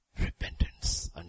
repentance